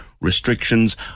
Restrictions